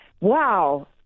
wow